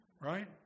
Right